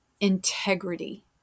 integrity